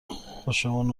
خوشمون